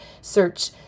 search